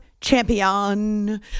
champion